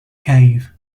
cave